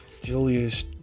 Julius